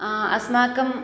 अस्माकं